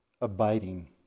abiding